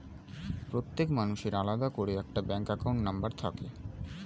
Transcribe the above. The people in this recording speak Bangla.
প্রত্যেক মানুষের আলাদা করে একটা ব্যাঙ্ক অ্যাকাউন্ট নম্বর থাকে